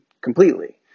completely